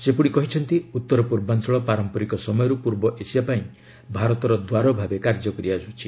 ସେ ପୁଣି କହିଛନ୍ତି ଉତ୍ତର ପୂର୍ବାଞ୍ଚଳ ପାରମ୍ପରିକ ସମୟରୁ ପୂର୍ବ ଏସିଆ ପାଇଁ ଭାରତର ଦ୍ୱାର ଭାବେ କାର୍ଯ୍ୟ କରିଆସୁଛି